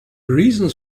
reasons